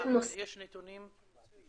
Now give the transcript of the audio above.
יש נתונים?